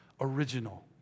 original